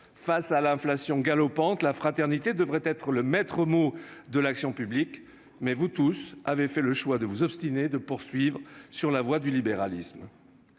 face à l'inflation galopante, la fraternité devrait être le maître-mot de l'action publique, vous tous avez fait le choix de vous obstiner en poursuivant sur la voie du libéralisme